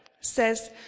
says